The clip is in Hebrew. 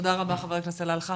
תודה רבה ח"כ סלאלחה.